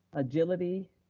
agility,